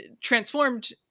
transformed